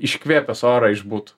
iškvėpęs orą išbūtų